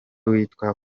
witwa